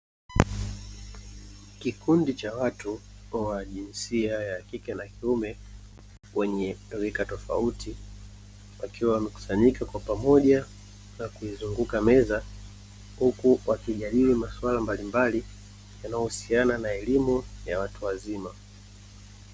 Kikundi cha watu wa jinsia ya kike na kiume wenye rika tofauti wakiwa wamekusanyika kwa pamoja na kuizunguka meza, huku wakijadili masuala mbalimbali yanayohusiana na elimu ya watu wazima.